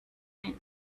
mind